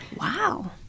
Wow